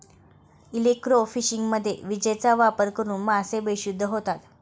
इलेक्ट्रोफिशिंगमध्ये विजेचा वापर करून मासे बेशुद्ध होतात